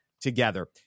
together